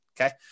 Okay